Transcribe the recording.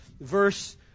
verse